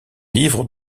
livre